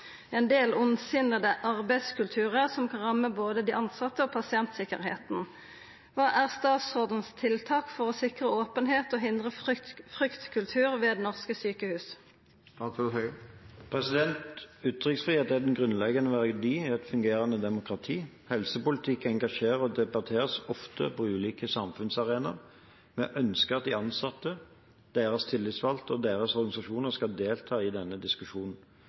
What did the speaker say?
en grunnleggende verdi i et fungerende demokrati. Helsepolitikk engasjerer og debatteres ofte på ulike samfunnsarenaer. Vi ønsker at de ansatte, deres tillitsvalgte og deres organisasjoner skal delta i denne diskusjonen.